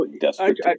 desperate